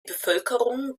bevölkerung